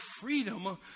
freedom